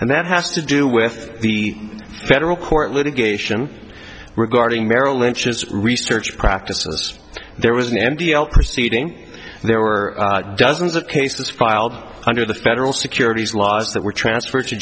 and that has to do with the federal court litigation regarding merrill lynch as research practices there was an end to the proceeding there were dozens of cases filed under the federal securities laws that were transferred to